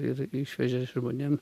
ir išvežė žmonėm